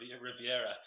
Riviera